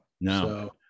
no